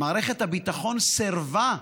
מערכת הביטחון סירבה.